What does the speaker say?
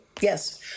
Yes